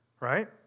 right